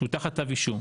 שהוא תחת כתב אישום,